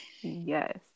yes